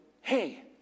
hey